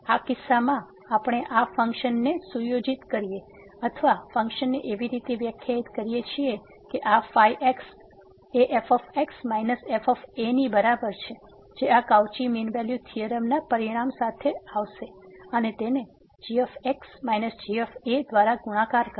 આ કિસ્સામાં આપણે આ ફંક્શન ને સુયોજિત કરીએ અથવા ફંક્શનને એવી રીતે વ્યાખ્યાયિત કરીએ છીએ કે આ ϕ એ f f ની બરાબર છે જે આ કાઉચી મીન વેલ્યુ થીયોરમના પરિણામ સાથે આવશે અને તેને g x g a દ્વારા ગુણાકાર કરશે